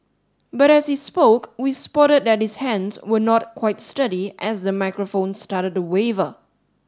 but as he spoke we spotted that his hands were not quite sturdy as the microphone started to waver